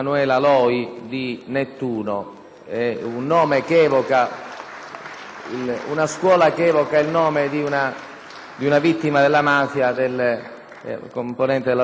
una scuola che evoca il nome di una vittima della mafia, componente della scorta del compianto giudice Borsellino. *(Generali